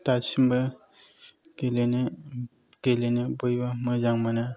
दासिमबो गेलेनो गेलेनो बयबो मोजां मोनो